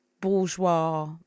bourgeois